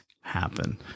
happen